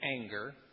anger